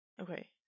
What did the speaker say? Okay